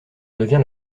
devient